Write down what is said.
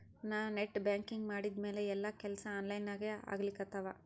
ನಾ net banking ಮಾಡಿದ್ಮ್ಯಾಲ ಎಲ್ಲಾ ಕೆಲ್ಸಾ ಆನ್ಲೈನಾಗೇ ಆಗ್ಲಿಕತ್ತಾವ